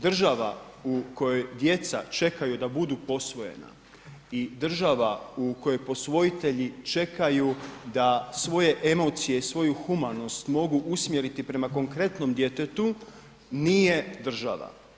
Država u kojoj djeca čekaju da budu posvojena i država u kojoj posvojitelji čekaju da svoje emocije i svoju humanost mogu usmjeriti prema konkretnom djetetu, nije država.